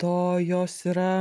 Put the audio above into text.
to jos yra